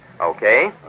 Okay